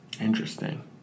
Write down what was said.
Interesting